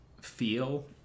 feel